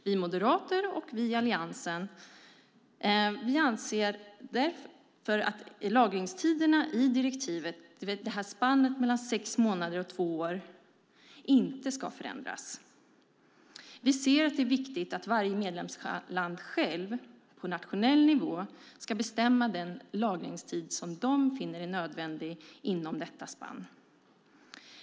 Vi moderater, och vi i Alliansen, anser därför att lagringstiderna i direktivet - spannet mellan sex månader och två år - inte ska förändras. Vi anser att det är viktigt att varje medlemsland självt på nationell nivå ska bestämma den lagringstid som det finner är nödvändigt inom detta spann.